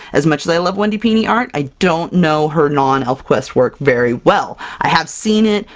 as much as i love wendy pini art, i don't know her non-elfquest work very well. i have seen it,